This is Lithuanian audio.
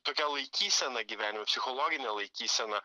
tokia laikysena gyvenime psichologinė laikysena